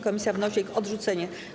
Komisja wnosi o ich odrzucenie.